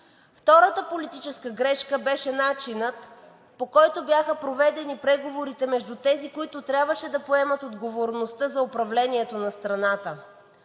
Втората политическа грешка беше начинът, по който бяха проведени преговорите между тези, които трябваше да поемат отговорността за управлението на страната.